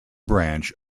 branch